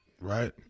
right